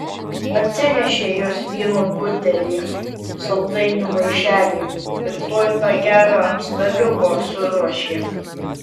atsinešė jos vyno butelį saldainių maišelį ir tuoj tą gerą ant staliuko suruošė